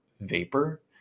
vapor